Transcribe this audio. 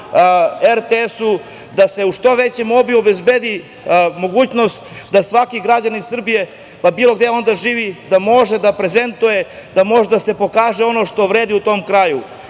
RTS-u, da se u što većem obimu obezbedi mogućnost da svaki građani Srbije, bilo gde on da živi, da može da prezentuje, da može da se pokaže ono što vredi u tom kraju. Imamo